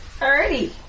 Alrighty